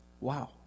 Wow